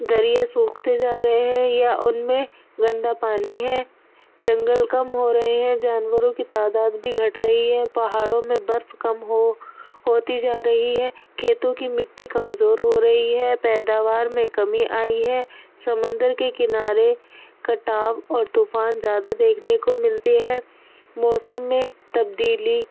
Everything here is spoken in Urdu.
درییا سوکھتے جا رہے ہیں یا ان میں گندا پانی ہے جنگل کم ہو رہے ہیں جانوروں کی تعداد بھی گھٹ رہی ہے پہاڑوں میں برف کم ہو ہوتی جا رہی ہے کھیتوں کی مٹی کمزور ہو رہی ہے پیداوار میں کمی آئی ہے سمندر کے کنارے کٹاو اور طوفان زیادہ دیکھنے کو ملتی ہے موسم میں تبدیلی